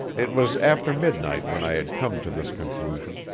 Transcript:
it was after midnight when i had come to this conclusion,